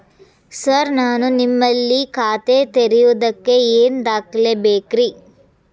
Sir ನಾನು ನಿಮ್ಮಲ್ಲಿ ಖಾತೆ ತೆರೆಯುವುದಕ್ಕೆ ಏನ್ ದಾಖಲೆ ಬೇಕ್ರಿ?